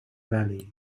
valley